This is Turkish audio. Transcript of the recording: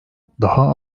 daha